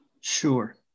Sure